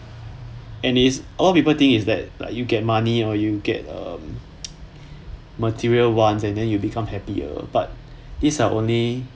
and is all people think is that like you get money or you get um material once and then you become happier but these are only